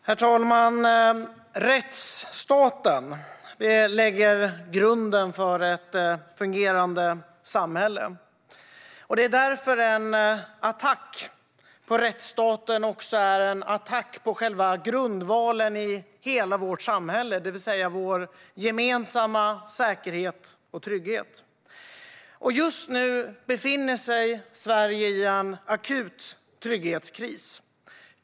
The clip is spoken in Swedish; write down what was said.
Herr talman! Rättsstaten lägger grunden för ett fungerande samhälle. Det är därför en attack på rättsstaten också är en attack på själva grundvalen i hela vårt samhälle, det vill säga vår gemensamma säkerhet och trygghet. Just nu befinner sig Sverige i en akut trygghetskris.